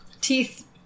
teeth